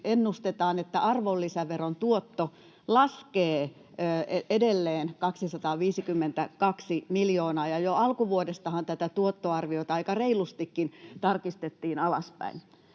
että arvonlisäveron tuotto laskee edelleen 252 miljoonaa, ja jo alkuvuodestahan tätä tuottoarviota aika reilustikin tarkistettiin alaspäin.